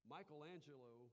Michelangelo